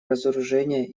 разоружения